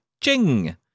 Ching